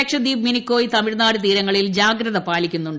ലക്ഷദ്വീപ് മിനികോയി തമിഴ്നാട് തീരങ്ങളിൽ ജാഗ്രത പാലിക്കുന്നുണ്ട്